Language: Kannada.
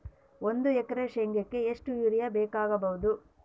ಒಂದು ಎಕರೆ ಶೆಂಗಕ್ಕೆ ಎಷ್ಟು ಯೂರಿಯಾ ಬೇಕಾಗಬಹುದು?